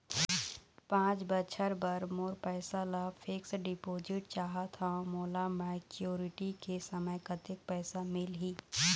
पांच बछर बर मोर पैसा ला फिक्स डिपोजिट चाहत हंव, मोला मैच्योरिटी के समय कतेक पैसा मिल ही?